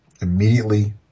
immediately